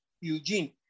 Eugene